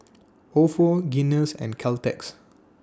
Ofo Guinness and Caltex